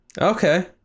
Okay